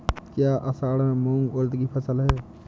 क्या असड़ में मूंग उर्द कि फसल है?